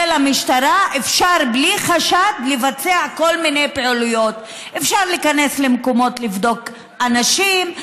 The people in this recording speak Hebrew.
ואפשר בלי חשד לבצע כל מיני פעילויות: אפשר להיכנס למקומות לבדוק אנשים,